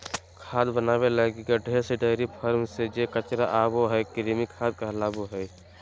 खाद बनाबे लगी गड्डे, डेयरी फार्म से जे कचरा आबो हइ, कृमि खाद कहलाबो हइ